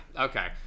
okay